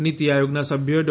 નીતી આયોગનાં સભ્ય ડો